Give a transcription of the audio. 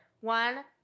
One